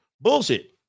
Bullshit